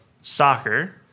soccer